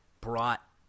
brought